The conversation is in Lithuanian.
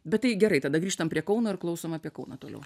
bet tai gerai tada grįžtam prie kauno ir klausom apie kauno toliau